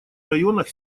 районах